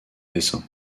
dessin